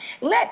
let